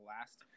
last